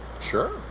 sure